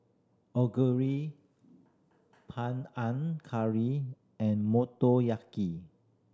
Onigiri Curry and Motoyaki